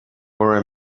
urim